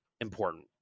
important